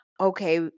okay